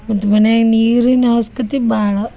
ಮತ್ತು ಮನೆಯಾಗ ನೀರಿನ ಅವ್ಸ್ಕತೆ ಭಾಳ